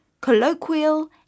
colloquial